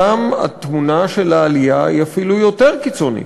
שם התמונה של העלייה היא אפילו יותר קיצונית.